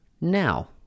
Now